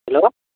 hello